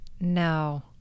No